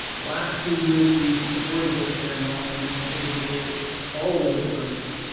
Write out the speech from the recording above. the last two years you've supported this channel and it has made all the difference,